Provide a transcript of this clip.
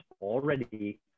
already